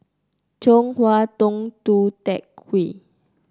Chong Hua Tong Tou Teck Hwee